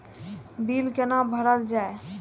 Bill कैना भरल जाय?